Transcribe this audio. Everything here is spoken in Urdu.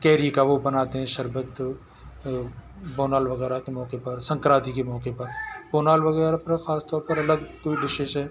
کیری کا وہ بناتے ہیں شربت بونال وغیرہ کے موقعے پر سنکرانتی کے موقعے پر بونال وغیرہ پر خاص طور پر الگ کئی ڈشیز ہے